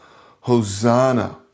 hosanna